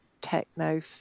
techno